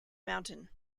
mountain